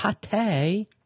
pate